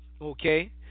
okay